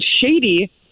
shady